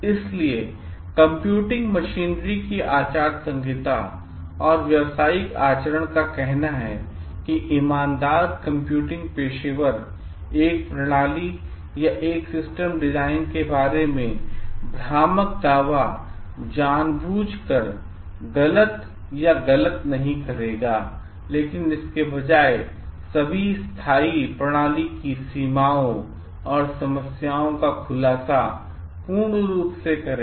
इसलिए computing machinery की आचार संहिता और व्यावसायिक आचरण कहना है कि ईमानदार कंप्यूटिंग पेशेवर एक प्रणाली या एक सिस्टम डिज़ाइन के बारे में भ्रामक दावा जानबूझकर गलत या गलत नहीं करेगा लेकिन इसके बजाय सभी स्थायी प्रणाली की सीमाओं और समस्याओं का खुलासा पूर्ण रूप से प्रदान करेगा